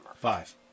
Five